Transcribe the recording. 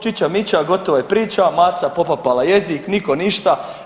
Čića mića gotova je priča, maca popapala jezik, nitko ništa.